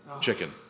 chicken